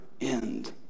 end